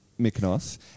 Mykonos